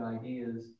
ideas